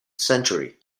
century